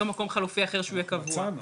מקום חלופי אחר שיהיה קבענו --- מצאנו,